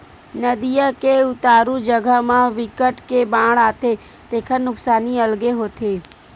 नदिया के उतारू जघा म बिकट के बाड़ आथे तेखर नुकसानी अलगे होथे